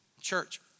Church